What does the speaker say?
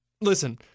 Listen